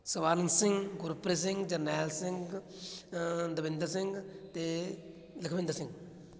ਸਵਰਨ ਸਿੰਘ ਗੁਰਪ੍ਰੀਤ ਸਿੰਘ ਜਰਨੈਲ ਸਿੰਘ ਦਵਿੰਦਰ ਸਿੰਘ ਅਤੇ ਲਖਵਿੰਦਰ ਸਿੰਘ